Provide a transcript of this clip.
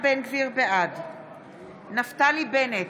בעד נפתלי בנט,